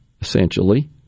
essentially